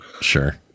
sure